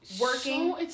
working